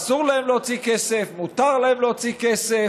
אסור להם להוציא כסף, מותר להם להוציא כסף,